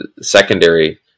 secondary